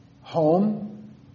home